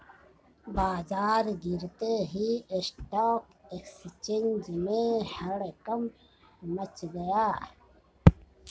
बाजार गिरते ही स्टॉक एक्सचेंज में हड़कंप मच गया